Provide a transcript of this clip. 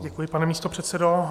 Děkuji, pane místopředsedo.